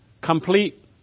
complete